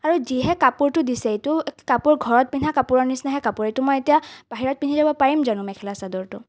আৰু যিহে কাপোৰটো দিছে এইটো কাপোৰ ঘৰত পিন্ধা কাপোৰৰ নিচিনাহে কাপোৰ এইটো মই এতিয়া বাহিৰত পিন্ধি যাব পাৰিম জানো মেখেলা চাদৰটো